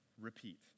Repeat